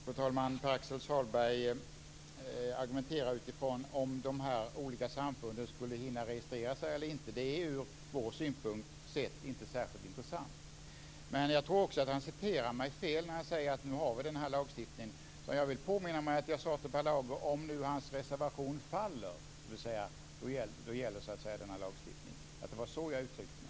Fru talman! Pär Axel Sahlberg argumenterar utifrån huruvida de olika samfunden ska hinna registrera sig eller inte. Det är ur vår synpunkt sett inte särskilt intressant. Jag tror också att han citerar mig fel när han säger att vi nu har denna lagstiftning. Jag vill påminna mig att jag sade till Per Lager att denna lagstiftning gäller om hans reservation faller. Jag tror att det var så jag uttryckte mig.